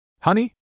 Honey